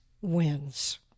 wins